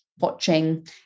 watching